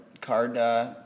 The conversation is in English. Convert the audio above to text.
card